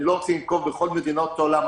אני לא רוצה לנקוב בפירוט לגבי כל מדינות העולם.